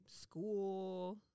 school